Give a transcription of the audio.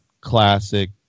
classic